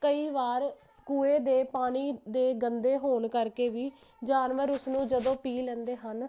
ਕਈ ਵਾਰ ਕੂਏ ਦੇ ਪਾਣੀ ਦੇ ਗੰਦੇ ਹੋਣ ਕਰਕੇ ਵੀ ਜਾਨਵਰ ਉਸਨੂੰ ਜਦੋਂ ਪੀ ਲੈਂਦੇ ਹਨ